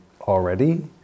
already